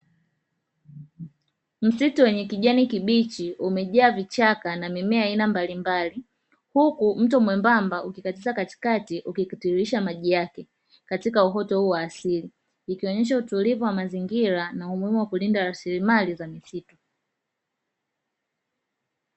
Msitu wenye kijani kibichi umejaa vichaka na mimea ya aina mbalimbali, huku mto mwembamba ukikatiza katikati ukitiririsha maji yake katika uoto huu wa asili, ikionyesha utulivu wa mazingira na umuhimu wa kulinda rasilimali za misitu.